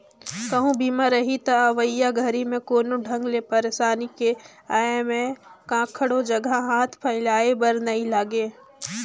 कहूँ बीमा रही त अवइया घरी मे कोनो ढंग ले परसानी के आये में काखरो जघा हाथ फइलाये बर नइ लागे